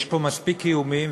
יש פה מספיק איומים,